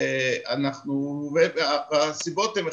הסיבות הן,